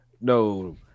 No